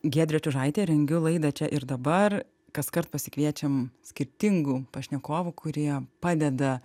giedrė čiužaitė rengiu laidą čia ir dabar kaskart pasikviečiam skirtingų pašnekovų kurie padeda